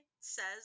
says